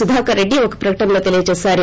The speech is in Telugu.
సుధాకరరెడ్డి ఒక ప్రకటనలో తెలిపారు